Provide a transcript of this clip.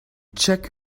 check